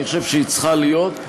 ואני חושב שצריכה להיות.